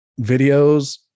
videos